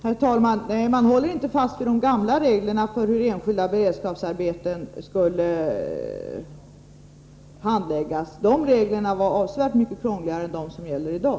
Herr talman! Nej, man håller inte fast vid de gamla reglerna för hur enskilda beredskapsarbeten skall handläggas. De reglerna var avsevärt mycket krångligare än de som gäller i dag.